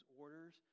orders